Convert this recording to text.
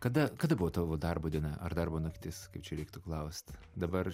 kada kada buvo tavo darbo diena ar darbo naktis kaip čia reiktų klaust dabar